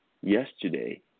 yesterday